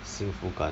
幸福感